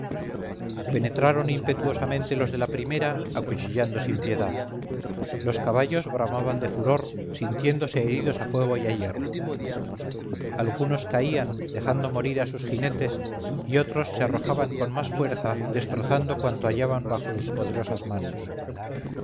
penetraron impetuosamente los de la primera acuchillando sin piedad los caballos bramaban de furor sintiéndose heridos a fuego y a hierro algunos caían dejando morir a sus jinetes y otros se arrojaban con más fuerza destrozando cuanto hallaban bajo sus poderosas manos